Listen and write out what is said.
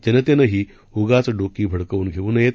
जनतेनंही उगाच डोकी भडकवून घेवू नये